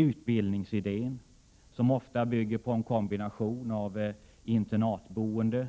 Utbildningsidén — som ofta bygger på en kombination av internatboende,